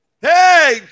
Hey